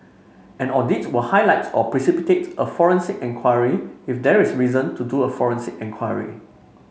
an audit will highlight or precipitate a forensic enquiry if there is reason to do a forensic enquiry